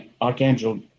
archangel